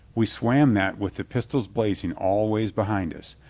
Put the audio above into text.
we swam that with the pistols blazing all ways behind us,